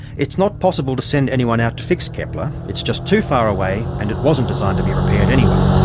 it's not possible to send anyone out to fix kepler, it's just too far away and it wasn't designed to be repaired anyway.